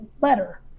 letter